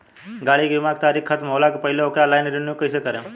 गाड़ी के बीमा के तारीक ख़तम होला के पहिले ओके ऑनलाइन रिन्यू कईसे करेम?